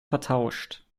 vertauscht